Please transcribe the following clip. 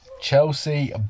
Chelsea